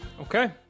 Okay